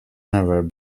never